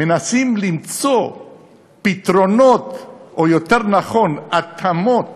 מנסים למצוא פתרונות, או יותר נכון התאמות